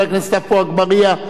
חבר הכנסת עפו אגבאריה,